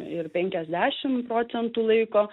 ir penkiasdešimt procentų laiko